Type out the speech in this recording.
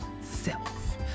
self